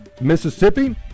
Mississippi